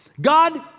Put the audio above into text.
God